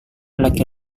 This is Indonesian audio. laki